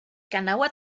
kanawha